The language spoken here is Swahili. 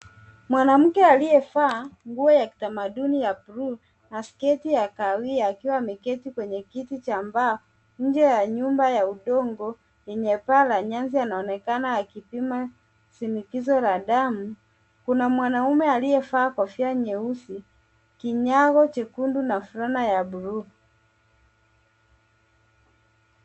Mwanamke aliyevaa, nguo ya kitamaduni ya bluu, na sketi ya kahawia akiwa ameketi kwenye kiti cha mbao, nje ya nyumba ya udongo, yenye paa la nyasi, anaonekana akipimwa shinikizo la damu. Kuna mwanamume aliyevaa kofia nyeusi, kinyago chekundu na fulana ya bluu.